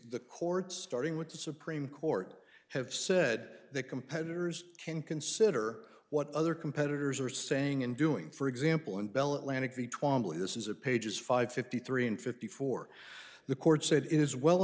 the courts starting with the supreme court have said that competitors can consider what other competitors are saying and doing for example in bell atlantic v twamley this is a pages five fifty three and fifty four the court said it is well